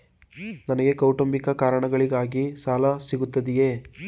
ನನಗೆ ಕೌಟುಂಬಿಕ ಕಾರಣಗಳಿಗಾಗಿ ಸಾಲ ಸಿಗುತ್ತದೆಯೇ?